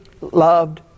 loved